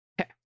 Okay